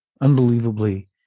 unbelievably